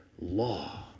law